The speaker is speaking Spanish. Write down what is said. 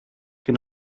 que